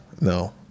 No